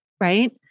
right